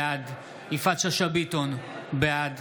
בעד יפעת שאשא ביטון, בעד